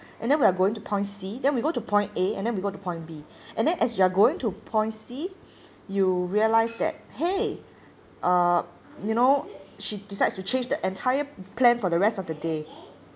and then we're going to point C then we go to point A and then we go to point B and then as you're going to point C you realise that !hey! uh you know she decides to change the entire plan for the rest of the day